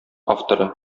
авторы